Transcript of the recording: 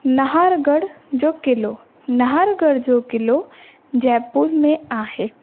नहारगढ़ जो क़िलो नहारगढ़ जो क़िलो जयपुर में आहे